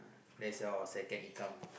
that's your second income